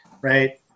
right